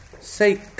Say